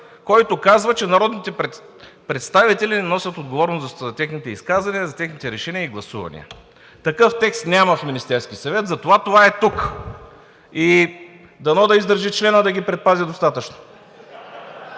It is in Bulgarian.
който казва, че народните представители носят отговорност за техните изказвания, за техните решения и гласувания. Такъв текст няма в Министерския съвет, затова това е тук. И дано да издържи членът, да ги предпази достатъчно.